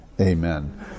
Amen